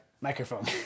Microphone